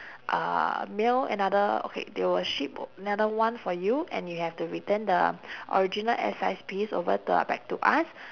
uh mail another okay they will ship another one for you and you have to return the original S size piece over to our pack~ to us